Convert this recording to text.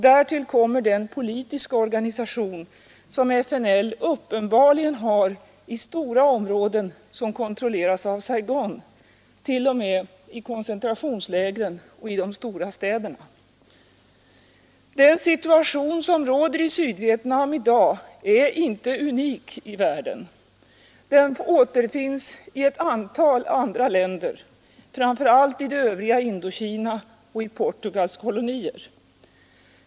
Därtill kommer den politiska organisation, som FNL uppenbarligen har i stora områden, som kontrolleras av Saigon, t.o.m. i koncentrationslägren och i de stora städerna. Den situation som råder i Sydvietnam i dag är inte unik i världen. Den återfinns i ett antal länder, framför allt i det övriga Indokina och i Portugals kolonier.